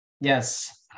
Yes